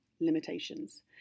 limitations